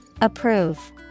Approve